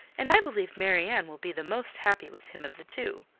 and i believe marianne will be the most happy with him of the two.